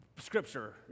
scripture